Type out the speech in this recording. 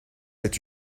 êtes